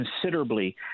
considerably